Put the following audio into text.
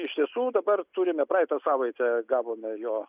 iš tiesų dabar turime praeitą savaitę gavome jo